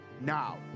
Now